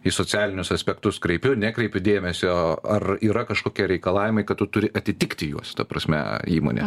į socialinius aspektus kreipiu nekreipiu dėmesio ar yra kažkokie reikalavimai kad tu turi atitikti juos ta prasme įmonė